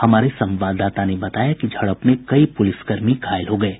हमारे संवाददाता ने बताया कि झड़प में कई पुलिसकर्मी घायल हो गये